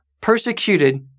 persecuted